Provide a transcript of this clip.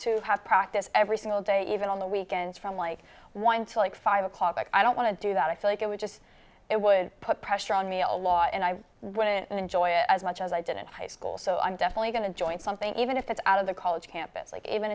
to have practice every single day even on the weekends from like one to like five o'clock i don't want to do that i feel like it would just it would put pressure on me a lot and i wouldn't enjoy it as much as i didn't high school so i'm definitely going to join something even if it's out of the college campus like even